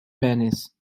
venice